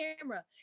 camera